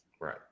Right